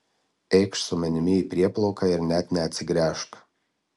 eikš su manimi į prieplauką ir net neatsigręžk